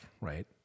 right